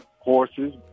Horses